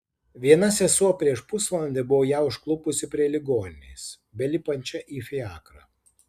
viena sesuo prieš pusvalandį buvo ją užklupusi prie ligoninės belipančią į fiakrą